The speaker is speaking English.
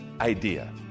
idea